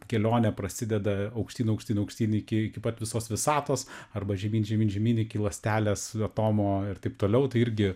kelionė prasideda aukštyn aukštyn aukštyn iki iki pat visos visatos arba žemyn žemyn žemyn iki ląstelės atomo ir taip toliau tai irgi